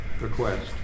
request